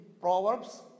Proverbs